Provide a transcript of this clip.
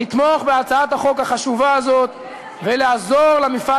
לתמוך בהצעת החוק החשובה הזאת ולעזור למפעל